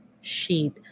sheet